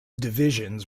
divisions